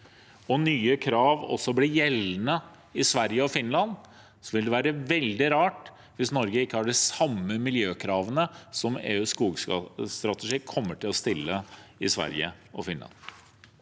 og nye krav også blir gjeldende i Sverige og Finland, vil det være veldig rart hvis Norge ikke har de samme miljøkravene som EUs skogstrategi kommer til å stille i Sverige og Finland.